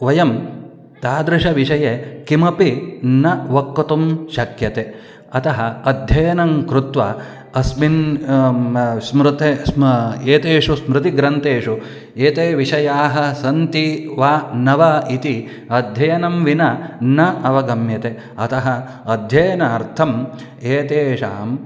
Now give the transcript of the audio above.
वयं तादृशविषये किमपि न वक्तुं शक्यते अतः अध्ययनं कृत्वा अस्मिन् स्मृते स्मृतिः एतेषु स्मृतिग्रन्थेषु एते विषयाः सन्ति वा न वा इति अध्ययनेन विना न अवगम्यते अतः अध्ययनार्थम् एतेषां